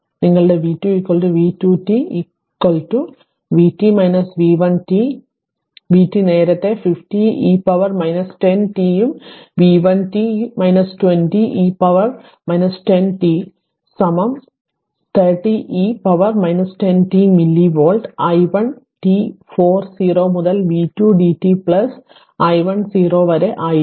അതിനാൽ ഞാൻ ഇത് മായ്ക്കട്ടെ നിങ്ങളുടെ v 2 v 2 t vt v 1 t vtനേരത്തെ 50 e പവർ 10 t ഉം v 1 t 20 e ഉം പവറിന് 10 t സമം to 30 e to power 10 t millivolt i 1 t 4 0 മുതൽ v 2 dt പ്ലസ് i 1 0 വരെ ആയിരിക്കും